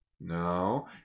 No